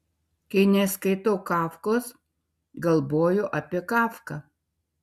kai neskaitau kafkos galvoju apie kafką